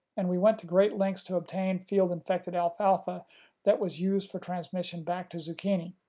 and we went to great lengths to obtain field-infected alfalfa that was used for transmission back to zucchini.